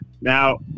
now